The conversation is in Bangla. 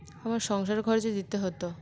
আমার সংসার খরচে দিতে হতো